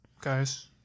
guys